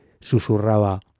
susurraba